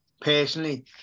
personally